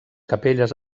capelles